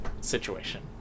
situation